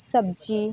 सब्ज़ी